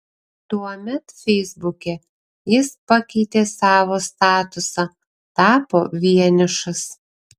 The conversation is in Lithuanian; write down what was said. tuomet feisbuke jis pakeitė savo statusą tapo vienišas